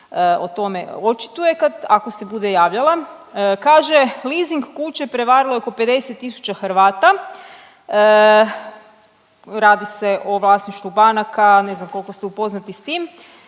o tome očituje, ako se bude javljala. Kaže leasing kuće prevarilo je oko 50 000 Hrvata. Radi se o vlasništvu banaka, ne znam koliko ste upoznati s tim.